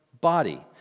body